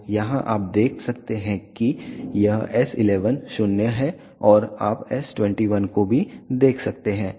तो यहाँ आप देख सकते हैं कि यह S11 0 है आप S21 भी देख सकते हैं